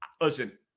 listen